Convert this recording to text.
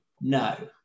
no